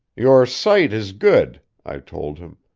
your sight is good i told him.